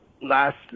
Last